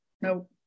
No